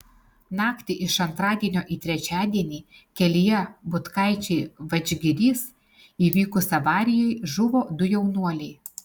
naktį iš antradienio į trečiadienį kelyje butkaičiai vadžgirys įvykus avarijai žuvo du jaunuoliai